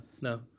no